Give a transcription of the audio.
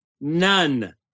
None